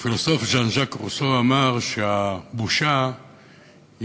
הפילוסוף ז'אן ז'אק רוסו אמר שהבושה היא